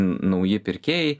nauji pirkėjai